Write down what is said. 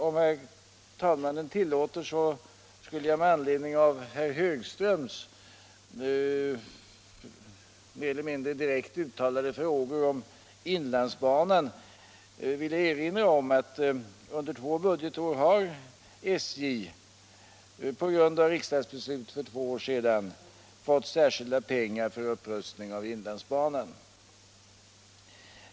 Om herr talmannen tillåter skulle jag med anledning av herr Högströms mer eller mindre direkt uttalade frågor om inlandsbanan vilja nämna att under två budgetår har SJ på grund av riksdagsbeslut för två år sedan fått särskilda pengar för upprustning av inlandsbanan.